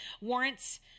warrants